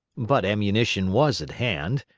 but ammunition was at hand.